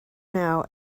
now